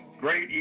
great